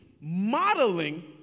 modeling